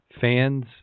fans